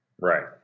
Right